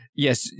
Yes